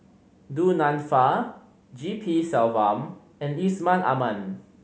Du Nanfa G P Selvam and Yusman Aman